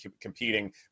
competing